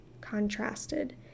contrasted